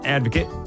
Advocate